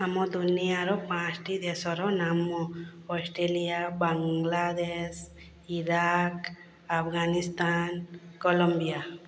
ଆମ ଦୁନିଆର ପାଞ୍ଚୋଟି ଦେଶର ନାମ Australia Bangladesh Iraq Afghanistan Colombia